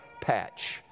patch